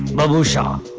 babhusha! um